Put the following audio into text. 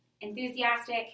enthusiastic